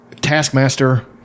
Taskmaster